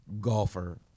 golfer